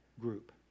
Group